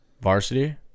varsity